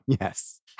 Yes